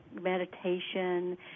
meditation